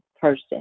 person